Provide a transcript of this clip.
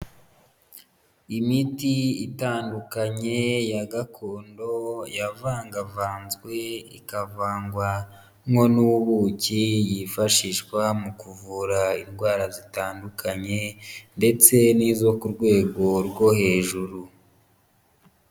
Imiti itandukanye ya gakondo yavangavanzwe ikavangwamo n'ubuki yifashishwa mu kuvura indwara zitandukanye, ndetse n'izo ku rwego rwo hejuru.